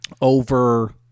over